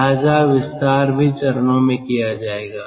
लिहाजा विस्तार भी चरणों में किया जाएगा